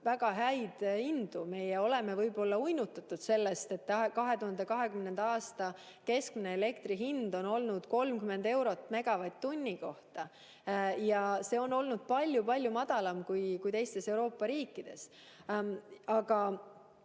väga häid hindu. Meie oleme võib-olla uinutatud sellest, et 2020. aasta keskmine elektri hind on olnud 30 eurot megavatt‑tunni kohta ja see on olnud palju-palju madalam kui teistes Euroopa riikides. Nii